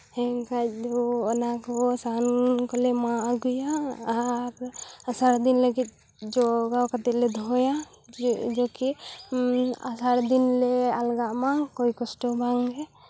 ᱦᱮᱸ ᱠᱷᱟᱡ ᱫᱚ ᱚᱱᱟ ᱠᱚ ᱥᱟᱦᱟᱱ ᱠᱚᱞᱮ ᱢᱟᱜ ᱟᱹᱜᱩᱭᱟ ᱟᱨ ᱟᱥᱟᱲ ᱫᱤᱱ ᱞᱟᱹᱜᱤᱫ ᱡᱚᱜᱟᱣ ᱠᱟᱛᱮᱫ ᱞᱮ ᱫᱚᱦᱚᱭᱟ ᱡᱮᱠᱤ ᱟᱥᱟᱲ ᱫᱤᱱ ᱞᱮ ᱟᱞᱜᱟᱜ ᱢᱟ ᱠᱚᱭ ᱠᱚᱥᱴᱚ ᱵᱟᱝᱜᱮ